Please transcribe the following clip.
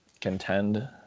contend